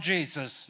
Jesus